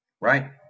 right